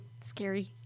scary